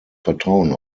vertrauen